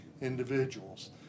individuals